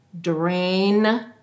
drain